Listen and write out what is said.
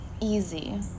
easy